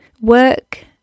work